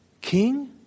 King